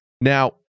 Now